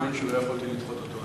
בדיון שלא יכולתי לדחות אותו.